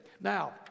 now